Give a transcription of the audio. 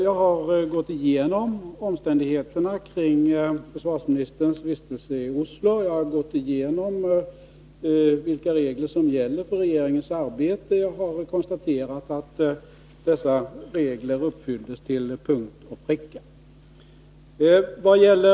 Jag har gått igenom omständigheterna kring försvarsministerns vistelse i Oslo, jag har gått igenom vilka regler som gäller för regeringens arbete, och jag har konstaterat att dessa regler till punkt och pricka följts.